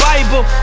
Bible